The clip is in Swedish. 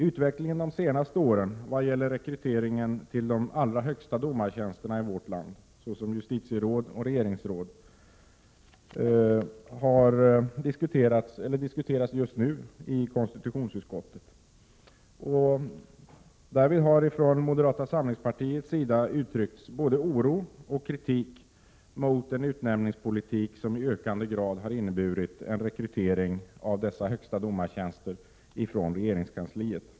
Utvecklingen de senaste åren när det gäller rekryteringen till de allra högsta domartjänsterna i vårt land såsom justitieråd och regeringsråd diskuteras just nu i konstitutionsutskottet. Därvid har från moderata samlingspartiets sida uttryckts både oro och kritik mot en utnämningspolitik som i ökande grad inneburit en rekrytering till dessa högsta domartjänster från regeringskansliet.